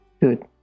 good